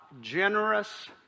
generous